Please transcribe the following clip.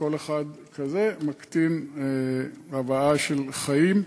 כל אחד כזה מקטין הבאה של חיים.